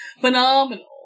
Phenomenal